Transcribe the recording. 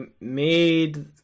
made